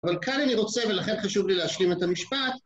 אבל כאן אני רוצה ולכן חשוב לי להשלים את המשפט